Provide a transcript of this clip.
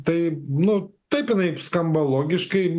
tai nu taip jinai skamba logiškai